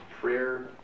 prayer